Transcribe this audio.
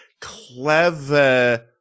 clever